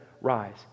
rise